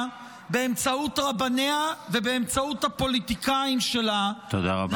באמצעות רבניה ובאמצעות הפוליטיקאים שלה -- תודה רבה.